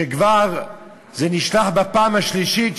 שנשלח בפעם השלישית,